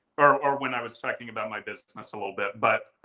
or when i was talking about my business a little bit. but